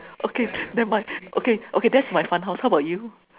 okay never mind okay okay that's my fun house how about you